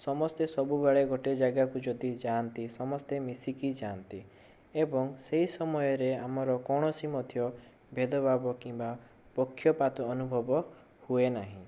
ଏବଂ ସମସ୍ତେ ସବୁବେଳେ ଗୋଟିଏ ଜାଗାକୁ ଯଦି ଯାଆନ୍ତି ସମସ୍ତେ ମିଶିକି ଯାଆନ୍ତି ଏବଂ ସେହି ସମୟରେ ଆମର କୌଣସି ମଧ୍ୟ ଭେଦଭାବ କିମ୍ବା ପକ୍ଷପାତ ଅନୁଭବ ହୁଏ ନାହିଁ